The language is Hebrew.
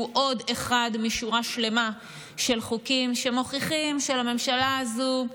שהוא עוד אחד משורה שלמה של חוקים שמוכיחים שלממשלה הזאת,